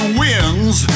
wins